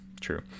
True